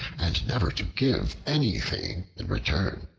and never to give anything in return.